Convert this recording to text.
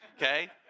Okay